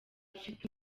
afite